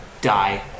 die